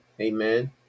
amen